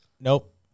Nope